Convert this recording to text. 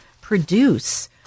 produce